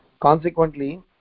Consequently